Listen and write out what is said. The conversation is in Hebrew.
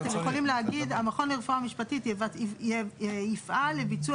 אתם יכולים להגיד: "המכון לרפואה משפטית יפעל לביצוע